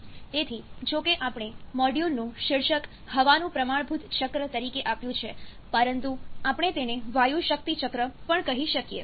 તેથી જો કે આપણે મોડ્યુલનું શીર્ષક હવાનું પ્રમાણભૂત ચક્ર તરીકે આપ્યું છે પરંતુ આપણે તેને વાયુ શક્તિ ચક્ર પણ કહી શકીએ